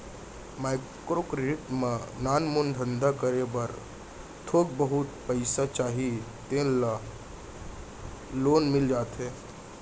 micro credit म नानमुन धंधा करे बर थोक बहुत पइसा चाही तेन ल लोन मिल जाथे